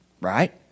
Right